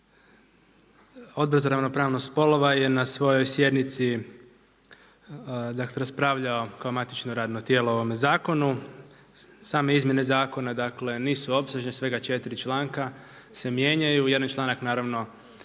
Odbor za ravnopravnost spolova je na svojoj sjednici dakle raspravljao kao matično radno tijelo ovome zakonu. Same izmjene zakona nisu opsežne, svega 4 članka se mijenjaju, jedan članak naravno